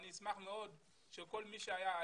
אני אשמח מאוד שכל מי שהיה שם,